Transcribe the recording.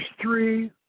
three